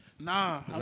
Nah